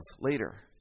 later